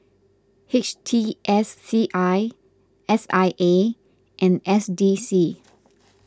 H T S C I S I A and S D C